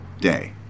Day